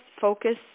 focus